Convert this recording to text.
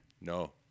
No